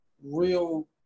real